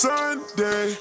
Sunday